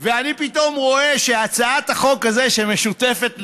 ואני פתאום רואה שהצעת החוק הזאת, שמשותפת לכולנו,